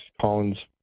Collins